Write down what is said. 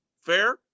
fair